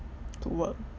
to work